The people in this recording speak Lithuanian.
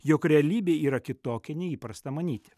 jog realybė yra kitokia nei įprasta manyti